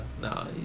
no